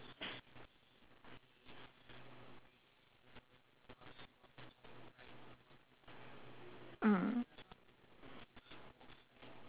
mm